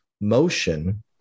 Motion